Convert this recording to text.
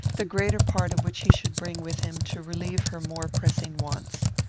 the greater part of which he should bring with him, to relieve her more pressing wants.